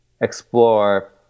explore